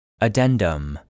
Addendum